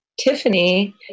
Tiffany